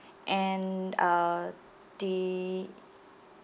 and uh the